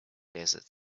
desert